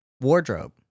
wardrobe